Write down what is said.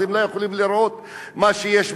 אז הם לא יכולים לראות מה שיש בחוץ.